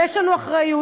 ויש לנו אחריות,